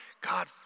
God